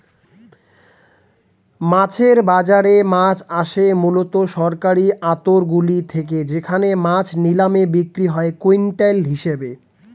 মাছের বাজারে মাছ আসে মূলত সরকারি আড়তগুলি থেকে যেখানে মাছ নিলামে বিক্রি হয় কুইন্টাল হিসেবে